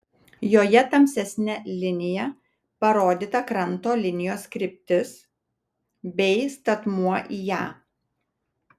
joje tamsesne linija parodyta kranto linijos kryptis bei statmuo į ją